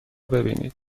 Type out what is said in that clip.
ببینید